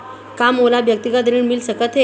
का मोला व्यक्तिगत ऋण मिल सकत हे?